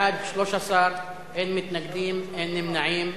בעד, 13, אין מתנגדים, אין נמנעים.